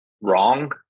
wrong